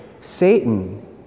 Satan